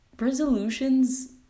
resolutions